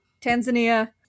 Tanzania